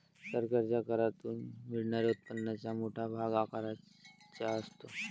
सरकारच्या करातून मिळणाऱ्या उत्पन्नाचा मोठा भाग आयकराचा असतो